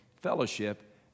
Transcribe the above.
fellowship